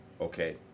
Okay